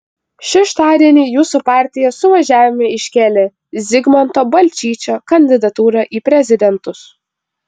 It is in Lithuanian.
šeštadienį jūsų partija suvažiavime iškėlė zigmanto balčyčio kandidatūrą į prezidentus